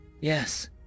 Yes